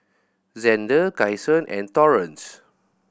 Zander Kyson and Torrance